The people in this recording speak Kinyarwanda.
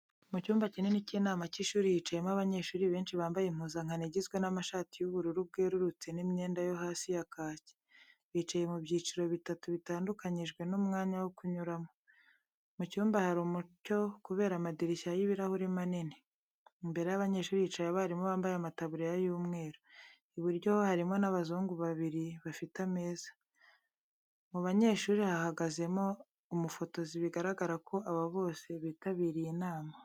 Mu cyumba kinini cy'inama cy'ishuri, hicayemo abanyeshuri benshi bambaye impuzankano igizwe n'amashati y'ubururu bwerurutse n'imyenda yo hasi ya kaki. Bicaye mu byiciro bitatu, bitandukanyijwe n'umwanya wo kunyuramo. Mu cyumba hari umucyo kubera amadirishya y'ibirahuri manini. Imbere y'abanyeshuri hicaye abarimu, bambaye amataburiya y'umweru. Iburyo ho harimo n'abazungu babiri bafite ameza. Mu banyeshuri hahagazemo umufotozi bigaragara ko aba bose bitabiriye inama.